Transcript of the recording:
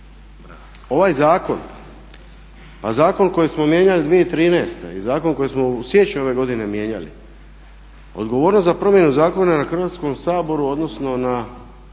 ovaj zakon pa zakon koji smo mijenjali 2013. i zakon koji smo u siječnju ove godine mijenjali odgovornost je za promjenu zakona na Hrvatskom saboru odnosno na predlagaču